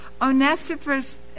Onesiphorus